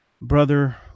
brother